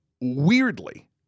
weirdly